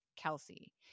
Kelsey